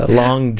long